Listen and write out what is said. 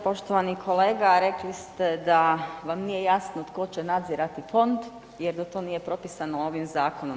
Poštovani kolega, rekli ste da vam nije jasno tko će nadzirati Fond jer da to nije propisano ovim zakonom.